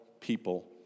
people